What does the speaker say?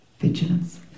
Vigilance